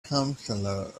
counselor